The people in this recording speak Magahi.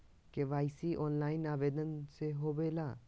के.वाई.सी ऑनलाइन आवेदन से होवे ला?